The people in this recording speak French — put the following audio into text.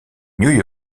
new